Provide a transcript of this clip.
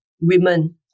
women